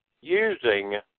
using